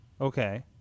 Okay